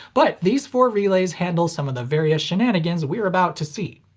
but these four relays handle some of the various shenanigans we're about to see.